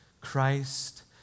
Christ